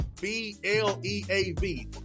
B-L-E-A-V